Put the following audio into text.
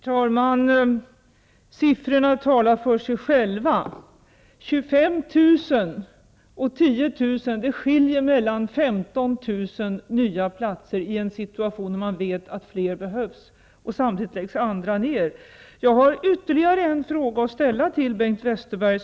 Herr talman! Siffrorna talar för sig själva: 25 000 resp. 10 000. Skillnaden är 15 000 nya platser, i en situation när man vet att fler behövs, och samtidigt läggs andra ner. Jag har ytterligare en fråga att ställa till Bengt Westerberg.